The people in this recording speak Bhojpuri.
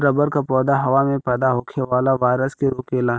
रबर क पौधा हवा में पैदा होखे वाला वायरस के रोकेला